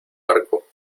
barco